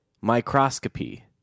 microscopy